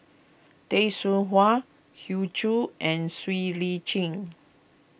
Tay Seow Huah Hoey Choo and Siow Lee Chin